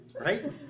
Right